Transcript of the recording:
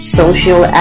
social